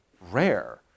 rare